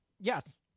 yes